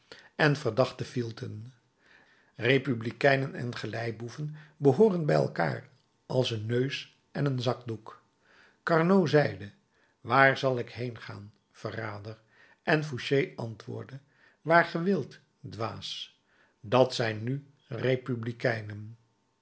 en verdachte fielten republikeinen en galeiboeven behooren bij elkaar als een neus en een zakdoek carnot zeide waar zal ik heen gaan verrader en fouché antwoordde waarheen ge wilt dwaas dat zijn nu republikeinen